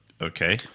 Okay